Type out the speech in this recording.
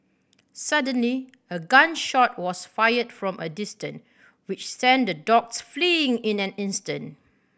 suddenly a gun shot was fired from a distant which sent the dogs fleeing in an instant